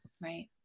Right